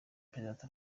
perezida